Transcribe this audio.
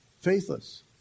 Faithless